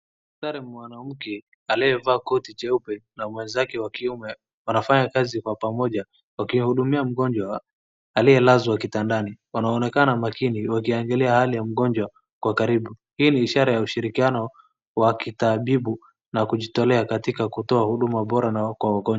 Dakatari mwanamke aliyevaa koti jeupe na mwenzake wakiume wanafanya kazi kwa pamoja. Wakihudumia mgonjwa aliyelazwa kitandani. Wanoenekana makini wakiangalia hali ya mgonjwa kwa karibu hii ni ishara ya ushirikianao wa kitabibu na kujitolea kutoa huduma bora na kwa wagonjwa.